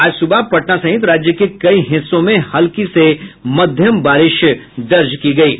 आज सुबह पटना सहित राज्य के कई हिस्सों में हल्की से मध्यम बारिश हुयी है